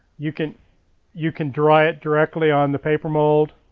you can you can dry it directly on the paper mold,